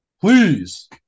Please